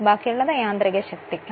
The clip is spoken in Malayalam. ബാക്കിയുള്ളത് യാന്ത്രികശക്തിയാണ്